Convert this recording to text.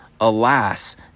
Alas